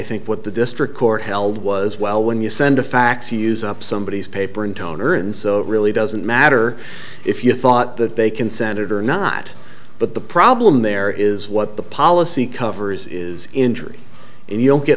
think what the district court held was well when you send a fax you use up somebody paper and toner and so it really doesn't matter if you thought that they can senator or not but the problem there is what the policy covers is injury and you don't get